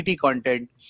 content